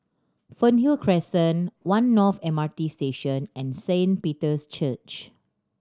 Fernhill Crescent One North M R T Station and Saint Peter's Church